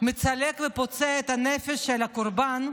מצלק ופוצע את הנפש של הקורבן,